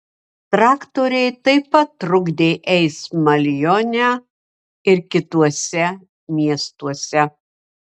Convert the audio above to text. traktoriai taip pat trukdė eismą lione ir kituose miestuose